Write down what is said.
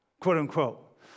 quote-unquote